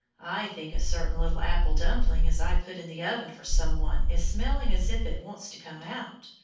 i think a certain little apple dumpling as i put in the oven for some one is smelling as if it wants to come out,